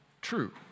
true